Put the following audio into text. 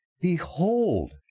behold